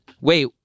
Wait